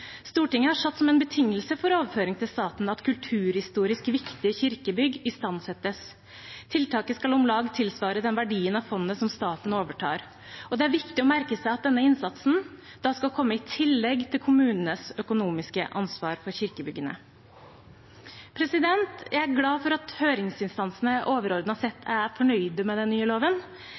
Stortinget har satt som en betingelse for overføring til staten at kulturhistorisk viktige kirkebygg istandsettes. Tiltaket skal om lag tilsvare den verdien av fondet som staten overtar, og det er viktig å merke seg at denne innsatsen skal komme i tillegg til kommunenes økonomiske ansvar for kirkebyggene. Jeg er glad for at høringsinstansene overordnet sett er fornøyd med den nye loven,